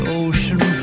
ocean